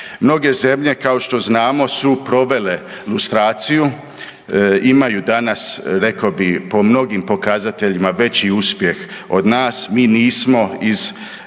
Mnoge zemlje, kao što znamo, su provele lustraciju, imaju danas, rekao bih po mnogim pokazateljima, veći uspjeh od nas, mi nismo iz